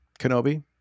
Kenobi